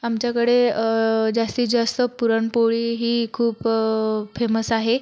आमच्याकडे जास्तीजास्त पुरणपोळी ही खूप फेमस आहे